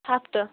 ہفتہٕ